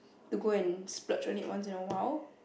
to go and splurge on it once in a while